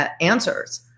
answers